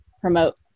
promote